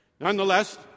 nonetheless